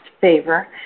favor